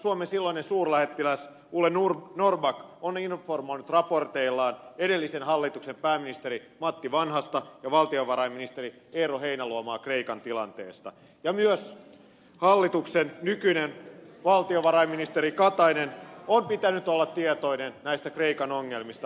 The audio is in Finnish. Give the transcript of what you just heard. suomen silloinen kreikan suurlähettiläs ole norrback on informoinut raporteillaan edellisen hallituksen pääministeriä matti vanhasta ja valtiovarainministeriä eero heinäluomaa kreikan tilanteesta ja myös hallituksen nykyisen valtiovarainministerin kataisen on pitänyt olla tietoinen näistä kreikan ongelmista